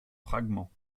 fragments